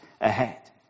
ahead